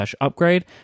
upgrade